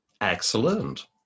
Excellent